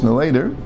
later